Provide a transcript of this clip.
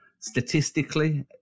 statistically